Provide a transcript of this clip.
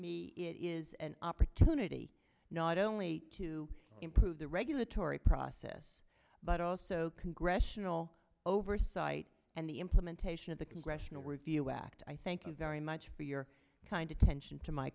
me it is an opportunity not only to improve the regulatory process but also congressional oversight and the implementation of the congressional review act i thank you very much for your kind attention to my